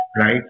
right